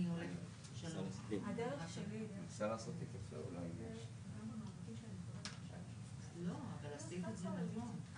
אם ניקח למשל את ראש עיריית הוד השרון שאמרו לו תקשיב,